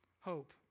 hope